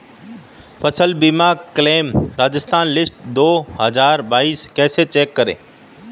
फसल बीमा claim Rajasthan list दो हज़ार बाईस कैसे चेक करें?